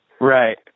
Right